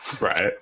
Right